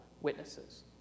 witnesses